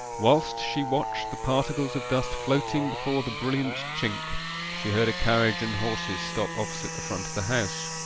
whilst she watched the particles of dust floating before the brilliant chink she heard a carriage and horses stop opposite the front of the house.